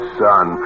son